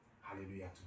Hallelujah